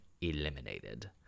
eliminated